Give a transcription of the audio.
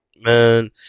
Man